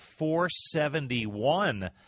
.471